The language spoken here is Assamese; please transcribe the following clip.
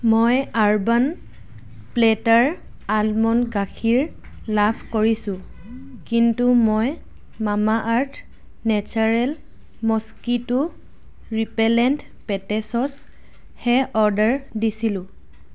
মই আৰবান প্লেটাৰ আলমণ্ড গাখীৰ লাভ কৰিছোঁ কিন্তু মই মামাআৰ্থ নেচাৰেল মস্কিট' ৰিপেলেণ্ট পেটেচছহে অৰ্ডাৰ দিছিলোঁ